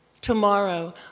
Tomorrow